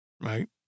Right